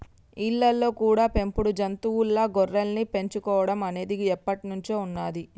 ఇళ్ళల్లో కూడా పెంపుడు జంతువుల్లా గొర్రెల్ని పెంచుకోడం అనేది ఎప్పట్నుంచో ఉన్నది